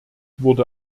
wurde